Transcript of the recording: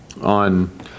On